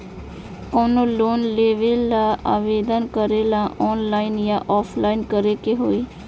कवनो लोन लेवेंला आवेदन करेला आनलाइन या ऑफलाइन करे के होई?